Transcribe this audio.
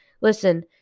Listen